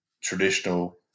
traditional